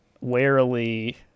warily